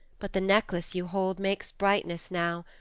but the necklace you hold makes brightness now.